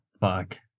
fuck